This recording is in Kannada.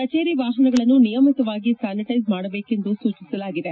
ಕಚೇರಿ ವಾಹನಗಳನ್ನು ನಿಯಮಿತವಾಗಿ ಸ್ಲಾನಿಟ್ಲೆಸ್ ಮಾಡಬೇಕೆಂದು ಸೂಚಿಸಲಾಗಿದೆ